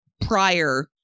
prior